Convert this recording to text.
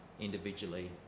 individually